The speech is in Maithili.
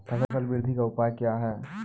फसल बृद्धि का उपाय क्या हैं?